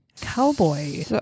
cowboy